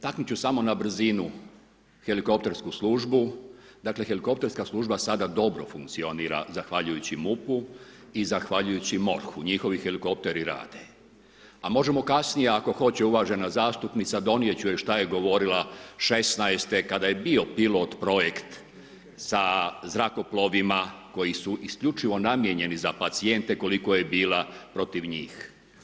Taknut ću samo na brzinu, helikoptersku službu, dakle, helikopterska služba sada dobro funkcionira zahvaljujući MUP-u i zahvaljujući MORH-u, njihovi helikopteri rade, a možemo kasnije ako hoće, uvažena zastupnica, donijet ću joj šta je govorila šesnaeste kad je bio pilot projekt sa zrakoplovima koji su isključivo namijenjeni za pacijente koliko je bila protiv njih.